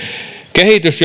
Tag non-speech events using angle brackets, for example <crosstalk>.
kehitys <unintelligible>